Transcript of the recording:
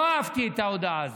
לא אהבתי את ההודעה הזאת.